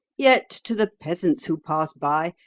yet, to the peasants who pass by,